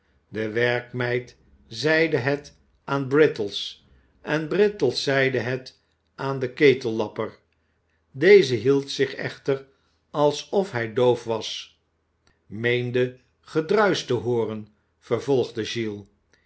de werkmeid zeide het aan brittles en brittles zeide het aan den ketellapper deze hield zich echter alsof hij doof was meende gedruisch te hooren vervolgde giles